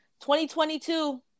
2022